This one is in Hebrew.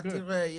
לא, תראה.